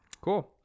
cool